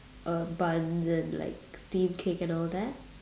uh buns and like steamed cake and all that